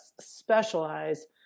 specialize